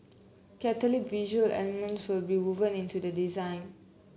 Catholic visual elements will be woven into the design